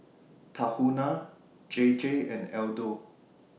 Tahuna J J and Aldo